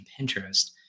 Pinterest